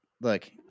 Look